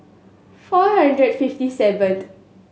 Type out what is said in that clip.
four hundred fifty seventh